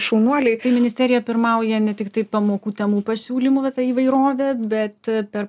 šaunuoliai tai ministerija pirmauja ne tiktai pamokų temų pasiūlymų įvairove bet per